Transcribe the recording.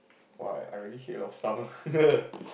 !wah! I really hate a lot of stuff